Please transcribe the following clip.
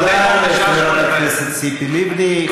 שעה 20:00. תודה לחברת הכנסת ציפי לבני.